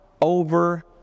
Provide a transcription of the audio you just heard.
over